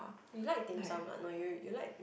you like dim sum ah no no you like